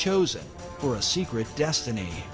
chosen for a secret destiny